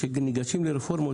כאשר ניגשים לרפורמות,